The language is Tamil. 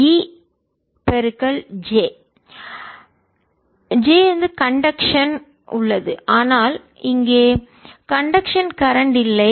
j கண்டக்ஷன் கடத்துதலும் உள்ளது ஆனால் இங்கே கண்டக்ஷன் கரண்ட் இல்லை